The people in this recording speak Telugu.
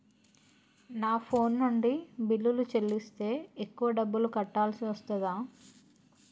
నా ఫోన్ నుండి బిల్లులు చెల్లిస్తే ఎక్కువ డబ్బులు కట్టాల్సి వస్తదా?